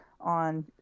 on